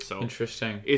Interesting